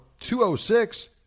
206